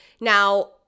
Now